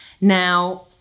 Now